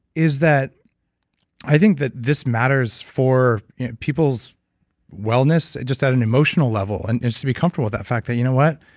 is that i think that this matters for people's wellness, just at an emotional level, and just to be comfortable with that fact that, you know what?